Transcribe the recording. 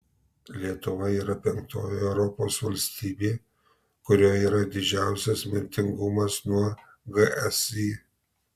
lietuva yra penktoji europos valstybė kurioje yra didžiausias mirtingumas nuo gsi